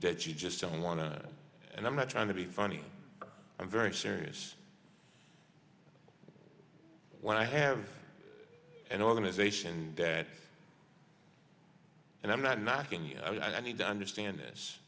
that you just don't want to and i'm not trying to be funny i'm very serious when i have an organization that and i'm not knocking you know i need to understand this